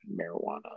marijuana